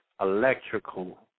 Electrical